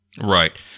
Right